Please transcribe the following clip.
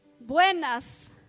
buenas